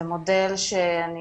זה מודל שאני